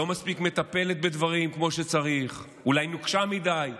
לא מספיק מטפלת בדברים כמו שצריך, אולי נוקשה מדי,